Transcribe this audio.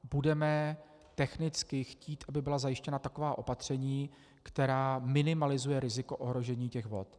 Budeme technicky chtít, aby byla zajištěna taková opatření, která minimalizují riziko ohrožení vod.